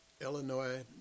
Illinois